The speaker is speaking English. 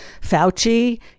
Fauci